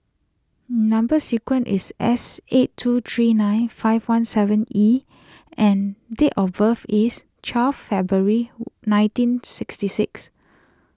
Number Sequence is S eight two three nine five one seven E and date of birth is twelfth February nineteen sixty six